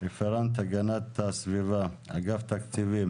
רפרנט הגנת הסביבה מאגף תקציבים